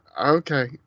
okay